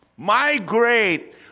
Migrate